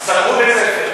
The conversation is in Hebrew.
סגרו בית-ספר?